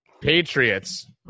Patriots